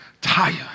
tired